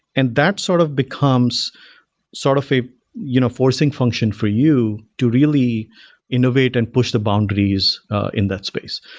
and that sort of becomes sort of a you know forcing function for you to really innovate and push the boundaries in that space.